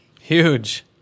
Huge